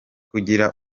kugira